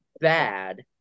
bad